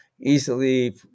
easily